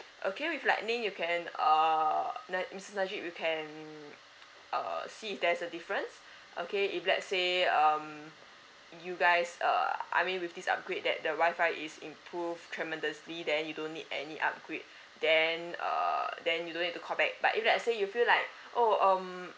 okay with lightning you can err na~ missus najib you can uh see there's a difference okay if let's say um you guys err I mean with this upgrade that the Wi-Fi is improved tremendously then you don't need any upgrade then err then you don't need to call back but if let's say you feel like oh um